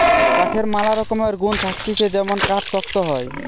কাঠের ম্যালা রকমের গুন্ থাকতিছে যেমন কাঠ শক্ত হয়